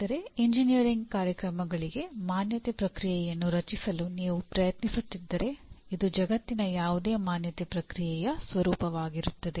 ಆದರೆ ಎಂಜಿನಿಯರಿಂಗ್ ಕಾರ್ಯಕ್ರಮಗಳಿಗೆ ಮಾನ್ಯತೆ ಪ್ರಕ್ರಿಯೆಯನ್ನು ರಚಿಸಲು ನೀವು ಪ್ರಯತ್ನಿಸುತ್ತಿದ್ದರೆ ಇದು ಜಗತ್ತಿನ ಯಾವುದೇ ಮಾನ್ಯತೆ ಪ್ರಕ್ರಿಯೆಯ ಸ್ವರೂಪವಾಗಿರುತ್ತದೆ